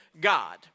God